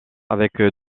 avec